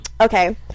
okay